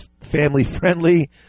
family-friendly